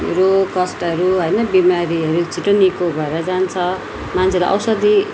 रोग कष्टहरू होइन बिमारीहरू छिटो निको भएर जान्छ मान्छेलाई औषधि